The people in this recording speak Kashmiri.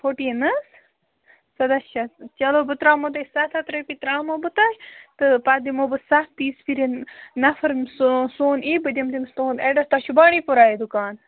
فوٹیٖن حظ ژَداہ شیٚتھ چلو بہٕ ترٛامو تۄہہِ سَتھ ہَتھ رۄپیہِ ترٛامو بہٕ تۄہہِ تہٕ پَتہٕ دِمو بہٕ سَتھ تیٖس پِرِ نَفرس سون ایی بہٕ دِمہٕ تٔمِس تُہُنٛد ایڈرَس تۄہہِ چھُ بانڈی پوراہ دُکان